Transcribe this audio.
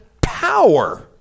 power